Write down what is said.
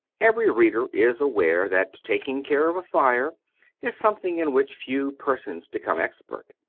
every reader is aware that taking care of a fire is something in which few persons become expert.